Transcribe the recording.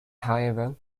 however